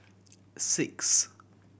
six